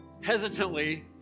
hesitantly